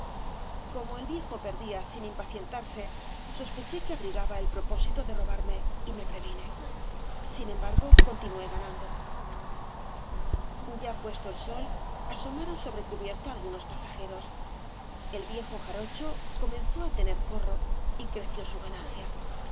como el viejo perdía sin impacientarse sospeché que abrigaba el propósito de robarme y me previne sin embargo continué ganando ya puesto el sol asomaron sobre cubierta algunos pasajeros el viejo jarocho comenzó á tener corro y creció su ganancia